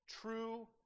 true